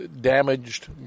damaged